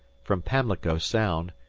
from pamlico sound,